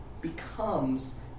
becomes